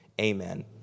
amen